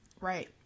Right